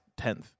10th